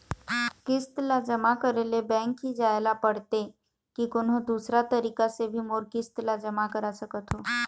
किस्त ला जमा करे ले बैंक ही जाए ला पड़ते कि कोन्हो दूसरा तरीका से भी मोर किस्त ला जमा करा सकत हो?